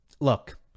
Look